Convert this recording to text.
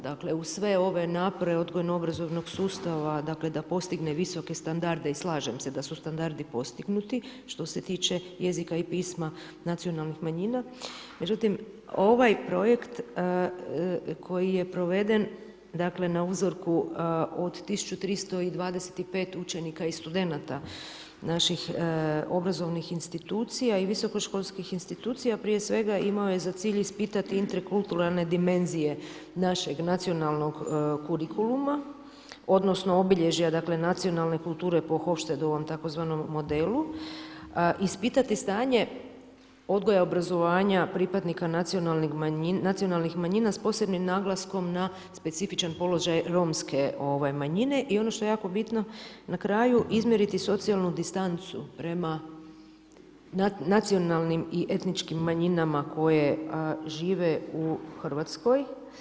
Dakle uz sve ove napore odgojno-obrazovnog sustava, dakle da postigne visoke standarde i slažem se da su standardi postignuti, što se tiče jezika i pisma nacionalnih manjina, međutim ovaj projekt koji je proveden na uzorku od 1325 učenika i studenata naših obrazovnih institucija i visokoškolskih institucija, prije svega imao je za cilj ispitati interkulturalne dimenzije našeg nacionalnog kurikuluma, odnosno obilježja dakle nacionalne kulture po „Hofstedovom“ tzv. modelu ispitati stanje odgoja i obrazovanja pripadnika nacionalnih manjina, s posebnim naglaskom na specifičan položaj romske manjine i ono što je bitno na kraju, izmjeriti socijalnu distancu prema nacionalnim i etničkim manjinama koje žive u Hrvatskoj.